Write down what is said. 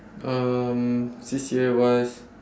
um C_C_A wise